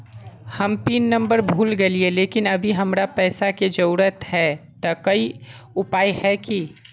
हम pin number भूल गेलिये लेकिन अभी हमरा पैसा के जरुरत है ते कोई उपाय है की?